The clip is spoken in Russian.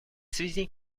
связи